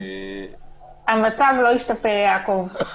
המצב לא השתפר, יעקב.